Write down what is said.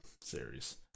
series